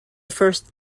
first